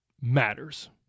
matters